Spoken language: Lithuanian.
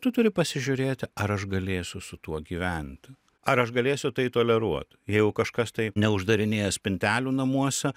tu turi pasižiūrėti ar aš galėsiu su tuo gyventi ar aš galėsiu tai toleruot jeigu kažkas tai neuždarinėja spintelių namuose